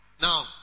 Now